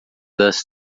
das